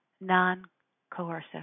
non-coercive